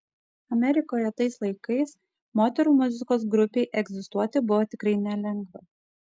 amerikoje tais laikais moterų muzikos grupei egzistuoti buvo tikrai nelengva